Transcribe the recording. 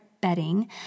bedding